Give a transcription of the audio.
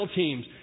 teams